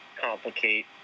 complicate